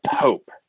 Pope